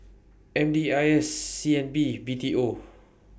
M D I S C N B B T O